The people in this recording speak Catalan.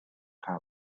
cava